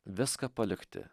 viską palikti